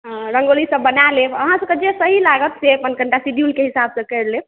हँ रंगोलीसब बना लेब अहाँसबके जे सही लागत कनीटा सिड्यूल के हिसाब सँ करि लेब